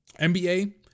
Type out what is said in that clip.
NBA